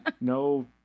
no